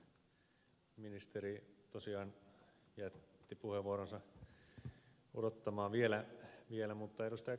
ministeri tosiaan jätti puheenvuoronsa odottamaan vielä mutta ed